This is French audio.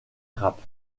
grappe